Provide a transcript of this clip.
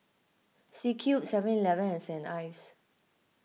C Cube Seven Eleven and Saint Ives